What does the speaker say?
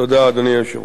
תודה, אדוני היושב-ראש.